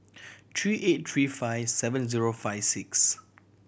three eight three five seven zero five six